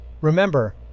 Remember